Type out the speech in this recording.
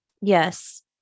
yes